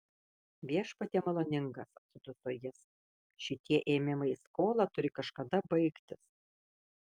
viešpatie maloningas atsiduso jis šitie ėmimai į skolą turi kažkada baigtis